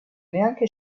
neanche